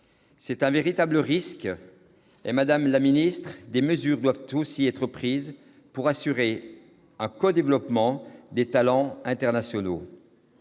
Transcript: C'est un véritable risque, madame le ministre, et des mesures doivent être prises pour garantir un codéveloppement des talents internationaux.